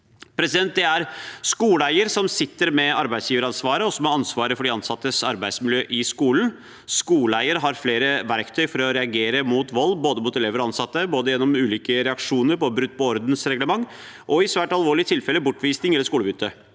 Det er skoleeieren som sitter med arbeidsgiveransvaret, og som har ansvaret for de ansattes arbeidsmiljø i skolen. Skoleeieren har flere verktøy for å reagere på vold, mot både elever og ansatte, gjennom ulike reaksjoner på brudd på ordensreglement og i svært alvorlige tilfeller bortvisning eller skolebytte.